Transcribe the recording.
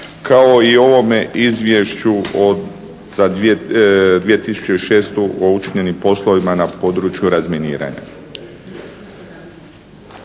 kao i o ovome Izvješću za 2006. o učinjenim poslovima na području razminiranja.